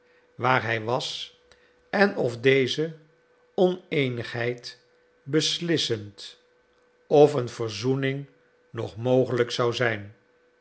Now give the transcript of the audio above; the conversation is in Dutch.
waar hij was en of deze oneenigheid beslissend of een verzoening nog mogelijk zou zijn